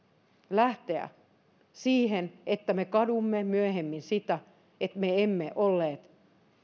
lähteä siihen että me kadumme myöhemmin sitä että me emme olleet